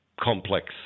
complex